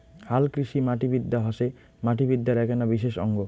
হালকৃষিমাটিবিদ্যা হসে মাটিবিদ্যার এ্যাকনা বিশেষ অঙ্গ